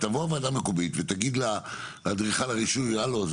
אז שתבוא הוועדה המקומית ותגיד לאדריכל הרישוי הלו,